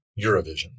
Eurovision